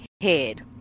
head